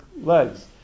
legs